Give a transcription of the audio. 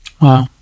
Wow